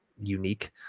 unique